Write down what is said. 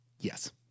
Yes